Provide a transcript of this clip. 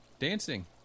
Dancing